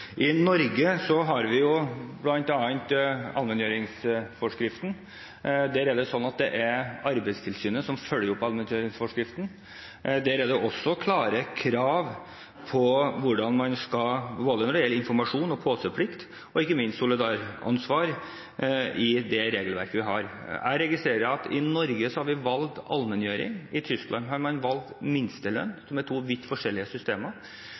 I Norge har vi bl.a. allmenngjøringsforskriften. Det er Arbeidstilsynet som følger opp den forskriften. Der er det også klare krav både når det gjelder informasjon, påseplikt og ikke minst solidaransvar – i det regelverket vi har. Jeg registrerer at i Norge har vi valgt allmenngjøring, i Tyskland har man valgt minstelønn, og det er to vidt forskjellige systemer.